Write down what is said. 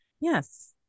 yes